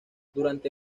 durante